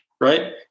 right